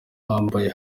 bambaye